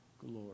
glory